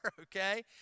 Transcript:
okay